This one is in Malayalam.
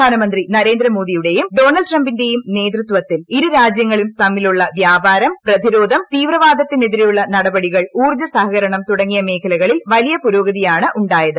പ്രധാനമന്ത്രി നരേന്ദ്രമോദിയുടെയും ഡൊണൾഡ് ട്രംപിന്റെയും നേതൃത്വത്തിൽ ഇരു രാജ്യങ്ങളും തമ്മിലുള്ള വ്യാപാരം പ്രതിരോധം തീവ്രവാദത്തിനെതിരെയുള്ള നടപടികൾ ഊർജ്ജ സഹകരണം തുടങ്ങിയ മേഖലകളിൽ വലിയ പുരോഗതിയാണ് ഉായത്